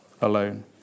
alone